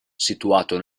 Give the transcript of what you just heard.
situato